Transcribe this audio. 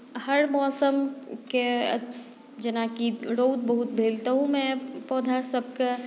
हर मौसमके जेनाकि रौद बहुत भेल तहूमे पौधासभके